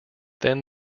then